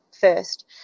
first